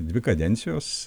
dvi kadencijos